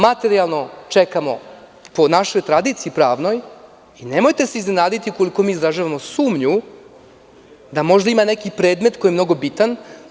Materijalno čekamo po našoj pravnoj tradiciji i nemojte se iznenaditi ukoliko mi izražavamo sumnju da možda ima neki predmet koji je mnogo bitan.